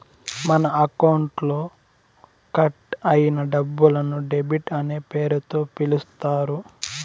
మన అకౌంట్లో కట్ అయిన డబ్బులను డెబిట్ అనే పేరుతో పిలుత్తారు